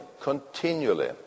continually